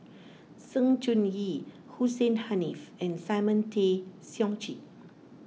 Sng Choon Yee Hussein Haniff and Simon Tay Seong Chee